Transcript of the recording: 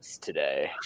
today